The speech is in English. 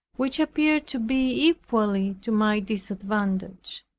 which appeared to be equally to my disadvantage.